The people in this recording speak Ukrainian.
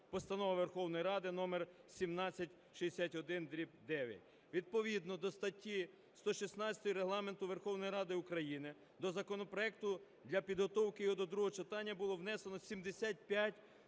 (Постанова Верховної Ради №1761-ІХ). Відповідно до статті 116 Регламенту Верховної Ради України до законопроекту для підготовки його до другого читання було внесено 75